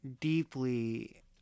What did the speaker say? deeply